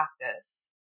practice